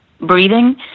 breathing